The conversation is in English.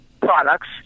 products